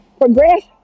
progress